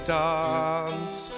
dance